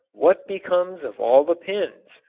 what becomes of all the pins?